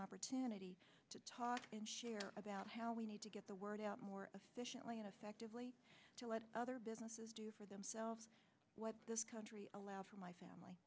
opportunity to talk about how we need to get the word out more efficiently and effectively to let other businesses do for themselves what this country allowed for my family